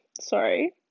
sorry